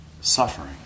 suffering